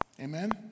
Amen